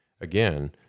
again